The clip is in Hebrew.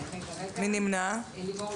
מי נמנע?